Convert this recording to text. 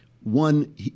one